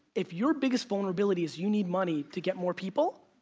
if your biggest vulnerability is you need money to get more people,